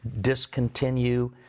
discontinue